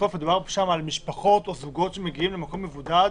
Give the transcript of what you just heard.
בסוף מדובר שם על משפחות או זוגות שמגיעים למקום מבודד